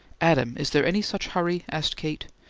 adam, is there any such hurry? asked kate.